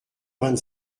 vingt